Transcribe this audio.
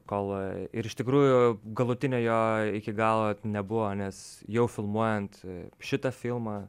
kol ir iš tikrųjų galutinio jo iki galo nebuvo nes jau filmuojant šitą filmą